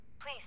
Please